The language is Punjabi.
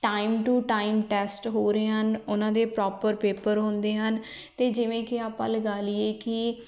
ਟਾਈਮ ਟੂ ਟਾਈਮ ਟੈਸਟ ਹੋ ਰਹੇ ਹਨ ਉਹਨਾਂ ਦੇ ਪ੍ਰੋਪਰ ਪੇਪਰ ਹੁੰਦੇ ਹਨ ਅਤੇ ਜਿਵੇਂ ਕਿ ਆਪਾਂ ਲਗਾ ਲਈਏ ਕਿ